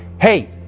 hey